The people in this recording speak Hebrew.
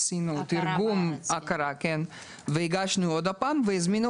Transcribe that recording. עשיתי תרגום והכרה מלאה בארץ והגשנו עוד פעם וזומנתי